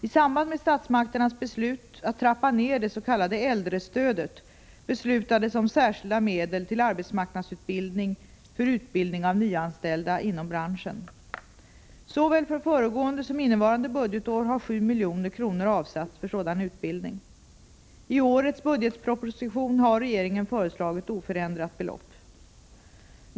I samband med statsmakternas beslut att trappa ner det s.k. äldrestödet beslutades om särskilda medel till arbetsmarknadsutbildning för utbildning av nyanställda inom branschen. Såväl för föregående som för innevarande budgetår har 7 milj.kr. avsatts för sådan utbildning. I årets budgetproposition har regeringen föreslagit oförändrat belopp.